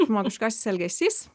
žmogiškasis elgesys